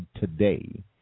today